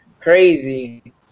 crazy